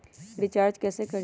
Recharge कैसे करीब?